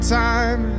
time